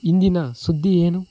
ಇಂದಿನ ಸುದ್ದಿ ಏನು